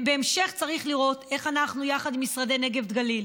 בהמשך צריך לראות איך אנחנו יחד עם משרד הנגב והגליל,